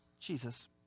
Jesus